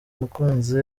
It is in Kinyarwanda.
umukunzi